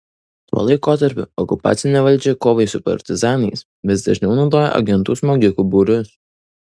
tuo laikotarpiu okupacinė valdžia kovai su partizanais vis dažniau naudojo agentų smogikų būrius